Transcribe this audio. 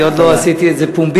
אני עוד לא עשיתי את זה פומבית,